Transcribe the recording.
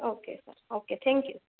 okay sir okay thank you